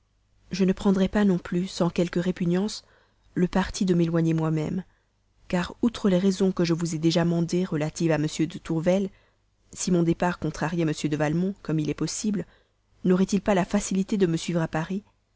je ne prendrais pas non plus sans quelque répugnance le parti de m'éloigner moi-même car outre les raisons que je vous ai déjà mandées relatives à m de tourvel si mon départ contrariait m de valmont comme il est possible n'aurait-il pas la facilité de me suivre à paris